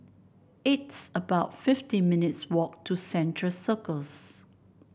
it's about fifty minutes' walk to Central Circus